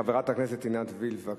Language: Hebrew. חברת הכנסת עינת וילף, בבקשה.